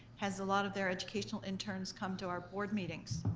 has a lot of their educational interns come to our board meetings,